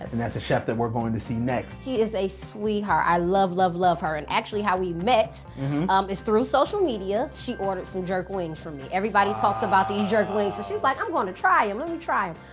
and that's the chef that we're going to see next. she is a sweetheart. i love love love her. and actually how we met um is through social media. she ordered some jerk wings from me. everybody talks about these jerk wings, so she's like, i'm gonna try em, let me um try em.